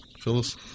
Phyllis